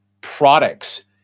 products